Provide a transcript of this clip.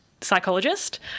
psychologist